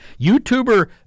YouTuber